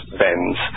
bends